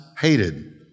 hated